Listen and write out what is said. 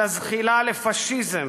על הזחילה לפאשיזם,